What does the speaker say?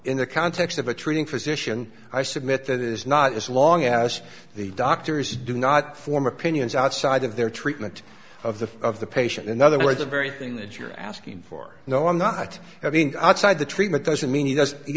in the context of a treating physician i submit that is not as long as the doctors do not form opinions outside of their treatment of the of the patient in other words the very thing that you're asking for no i'm not having outside the treatment doesn't mean